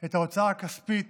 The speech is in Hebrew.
את ההוצאה הכספית